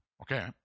Okay